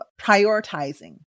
prioritizing